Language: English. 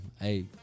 Hey